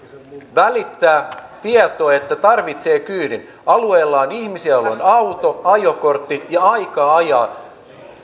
välittää tietoa että tarvitsee kyydin alueella on ihmisiä joilla on auto ajokortti ja aikaa ajaa